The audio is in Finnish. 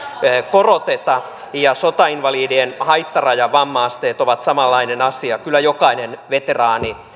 koroteta ja sotainvalidien haittarajat ja vamma asteet ovat samanlainen asia kyllä jokainen veteraani